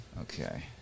Okay